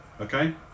okay